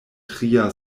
tria